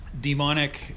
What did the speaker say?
demonic